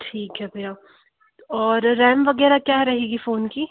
ठीक है भैया और रैम वग़ैरह क्या रहेगी फ़ोन की